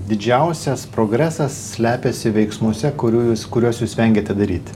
didžiausias progresas slepiasi veiksmuose kurių jūs kuriuos jūs vengiate daryti